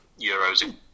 euros